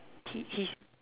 he he's